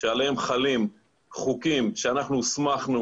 שעליהן חלים חוקים שאנחנו הוסמכנו